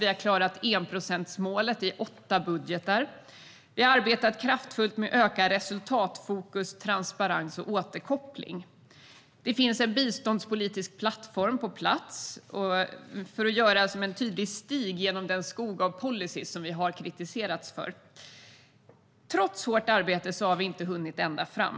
Vi har klarat enprocentsmålet i åtta budgetar. Vi har arbetat kraftfullt med att öka resultatfokus, transparens och återkoppling. Det finns en biståndspolitisk plattform på plats, och den ska göra en tydlig stig genom den skog av policyer som vi kritiserats för. Trots hårt arbete har vi inte hunnit ända fram.